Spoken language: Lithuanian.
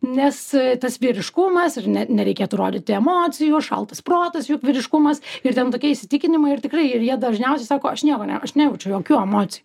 nes tas vyriškumas ir ne nereikėtų rodyti emocijų šaltas protas jų vyriškumas ir ten tokie įsitikinimai ir tikrai ir jie dažniausiai sako aš nieko aš nejaučiu jokių emocijų